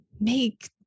make